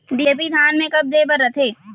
DAP धान मे कब दे बर रथे?